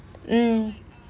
mm